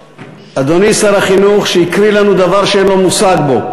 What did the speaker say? אדוני שר החינוך שהקריא לנו דבר שאין לו מושג בו,